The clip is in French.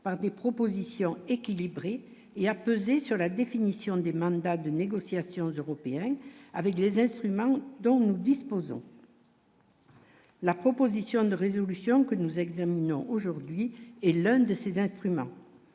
par des propositions équilibrées et a pesé sur la définition des mandats de négociation européenne avec des instruments dont nous disposons. La proposition de résolution que nous examinons aujourd'hui et l'un de ses instruments,